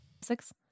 Six